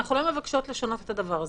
אנחנו לא מבקשות לשנות את הדבר הזה.